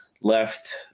left